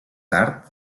tard